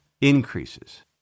increases